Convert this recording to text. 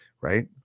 right